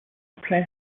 place